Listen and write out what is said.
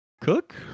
cook